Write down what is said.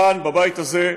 כאן, בבית הזה,